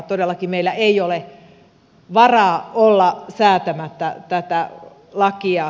todellakin meillä ei ole varaa olla säätämättä tätä lakia